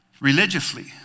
religiously